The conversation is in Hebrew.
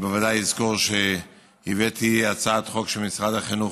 בוודאי יזכור שהבאתי הצעת חוק שמשרד החינוך